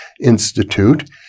Institute